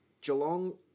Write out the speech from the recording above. Geelong